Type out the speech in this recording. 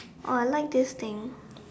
oh I like this thing